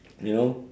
you know